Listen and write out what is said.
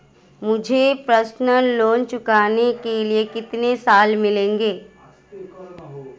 मुझे personal loan चुकाने के लिए कितने साल मिलेंगे?